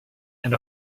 and